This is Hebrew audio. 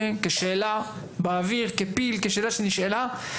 כשאלה שבאויר, כפיל, כשאלה שנשאלה.